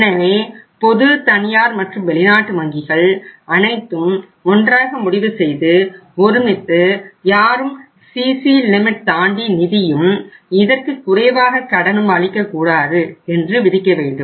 எனவே பொது தனியார் மற்றும் வெளிநாட்டு வங்கிகள் அனைத்தும் ஒன்றாக முடிவு செய்து ஒருமித்து யாரும் சிசி லிமிட் தாண்டி நிதியும் இதற்கும் குறைவாக கடனும் அளிக்கக்கூடாது என்று விதிக்க வேண்டும்